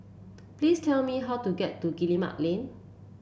please tell me how to get to Guillemard Lane